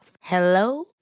hello